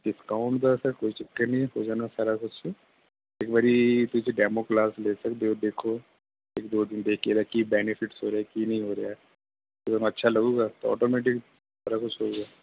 discount ਦਾ sir ਕੋਈ ਚੱਕਰ ਨਹੀਂ ਹੈ ਹੋ ਜਾਣਾ ਸਾਰਾ ਕੁਛ ਇੱਕ ਵਾਰੀ ਤੁਸੀਂ ਡੈਮੋ ਕਲਾਸ ਲੈ ਸਕਦੇ ਹੋ ਦੇਖੋ ਇੱਕ ਦੋ ਦਿਨ ਦੇਖ ਕੇ ਇਹਦਾ ਕੀ ਬੈਨੀਫਿਟਸ ਹੋ ਰਿਹਾ ਕੀ ਨਹੀਂ ਹੋ ਰਿਹਾ ਤੁਹਾਨੂੰ ਅੱਛਾ ਲਗੁਗਾ ਤਾਂ ਔਟੋਮੈਟਿਕ ਸਾਰਾ ਕੁਛ ਹੋਏਗਾ